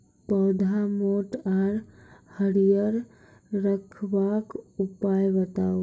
पौधा मोट आर हरियर रखबाक उपाय बताऊ?